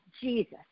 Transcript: Jesus